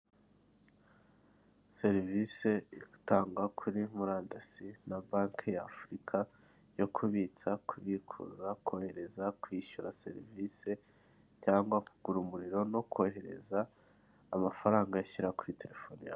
Serivisi itangwa kuri murandasi na banki ya afurika, yo kubitsa, kubikuza, kohereza, kwishyura serivisi cyangwa kugura umuriro no kohereza amafaranga ashyira kuri telefoni yawe.